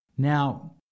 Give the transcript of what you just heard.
Now